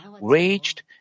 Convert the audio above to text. raged